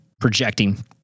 projecting